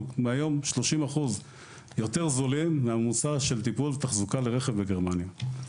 אנחנו היום ב-30% יותר זולים מהמוסך של טיפול ותחזוקה לרכב בגרמניה.